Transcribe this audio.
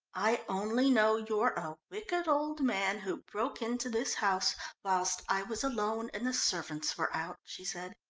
i only know you're a wicked old man who broke into this house whilst i was alone and the servants were out, she said.